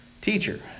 Teacher